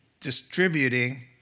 distributing